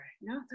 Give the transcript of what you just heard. No